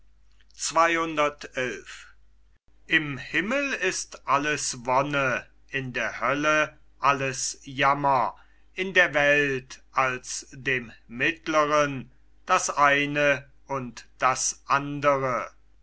in der hölle alles jammer in der welt als dem mittleren das eine und das andre